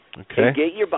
Okay